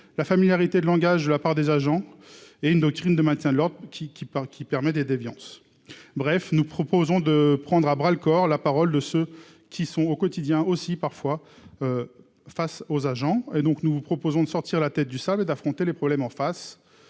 la familiarité de langage, de la part des agents et une doctrine de maintien de l'ordre qui qui parle, qui permet des déviances, bref, nous proposons de prendre à bras le corps la parole de ceux qui sont au quotidien aussi parfois face aux agents et donc, nous vous proposons de sortir la tête du sable et d'affronter les problèmes en face,